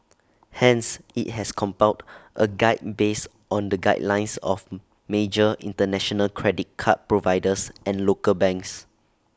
hence IT has compiled A guide based on the guidelines of major International credit card providers and local banks